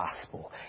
gospel